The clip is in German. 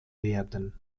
werden